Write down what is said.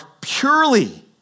purely